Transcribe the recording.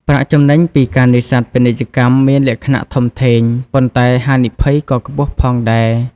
ប្រាក់ចំណេញពីការនេសាទពាណិជ្ជកម្មមានលក្ខណៈ ធំធេង ប៉ុន្តែហានិភ័យក៏ខ្ពស់ផងដែរ។